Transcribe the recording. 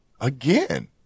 again